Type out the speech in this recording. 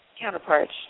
counterparts